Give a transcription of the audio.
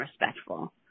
respectful